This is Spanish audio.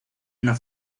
una